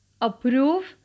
Approve